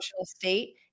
state